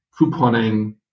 couponing